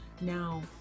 Now